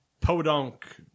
podunk